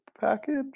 Package